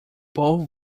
both